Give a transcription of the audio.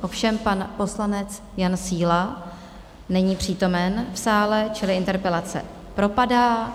Ovšem pan poslanec Jan Síla není přítomen v sále, čili interpelace propadá.